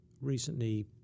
recently